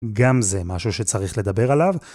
גם זה משהו שצריך לדבר עליו...